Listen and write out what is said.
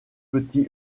petit